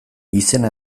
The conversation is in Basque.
izena